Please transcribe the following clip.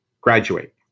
graduate